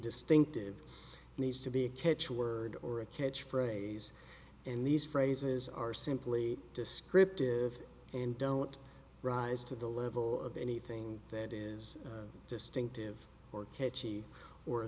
distinctive needs to be a catch word or a catch phrase and these phrases are simply descriptive and don't rise to the level of anything that is distinctive or catchy or a